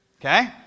okay